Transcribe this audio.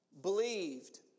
believed